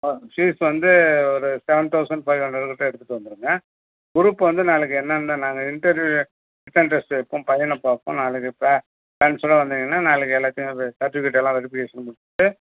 ஆ fees வந்து ஒரு seven thousand five ஹன்ரடுக்கிட்ட எடுத்துகிட்டு வந்துருங்க குரூப் வந்து நாளைக்கு என்னென்ன நாங்கள் இன்டர்வ்யூ ரிட்டன் டெஸ்ட்டு வைப்போம் பையனை பார்ப்போம் நாளைக்கு பே பேரண்ட்ஸோட வந்தீங்கன்னா நாளைக்கு எல்லாத்தையும் அந்த சர்ட்டிஃபிகேட்லாம் வெரிவிகேஷன் முடிச்சிவிட்டு